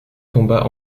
tomba